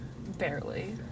Barely